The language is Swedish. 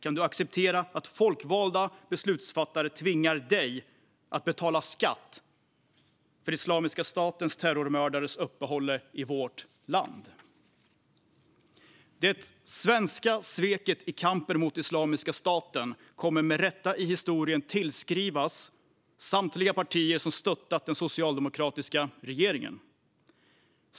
Kan du acceptera att folkvalda beslutsfattare tvingar dig att betala skatt för Islamiska statens terrormördares uppehälle i vårt land? Det svenska sveket i kampen mot Islamiska staten kommer med rätta i historien att tillskrivas samtliga partier som stöttat den socialdemokratiska regeringen.